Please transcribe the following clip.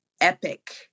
epic